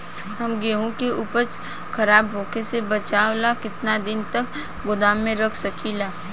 हम गेहूं के उपज खराब होखे से बचाव ला केतना दिन तक गोदाम रख सकी ला?